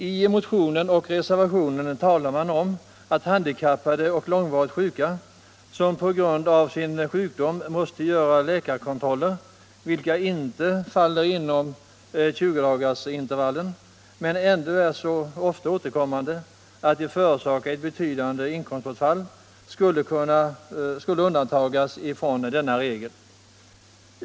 I motionen och i reservationen talar man om att handikappade och lång varigt sjuka, som på grund av sin sjukdom måste göra läkarkontroller vilka inte faller inom 20-dagarsintervallen men ändå är så ofta återkommande att de förorsakar ett betydande inkomstbortfall, skulle undantas från denna regel.